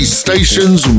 stations